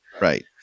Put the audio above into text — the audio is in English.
Right